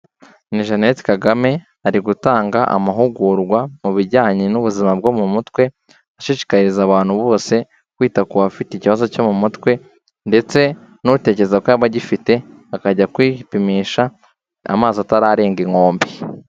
Ni Jeannette Kagame ari gutanga amahugurwa mu bijyanye n'ubuzima bwo mu mutwe, ashishikariza abantu bose kwita ku bafite ikibazo cyo mu mutwe ndetse n'utekereza ko yaba agifite akajya kwipimisha amazi atararenga inkombe.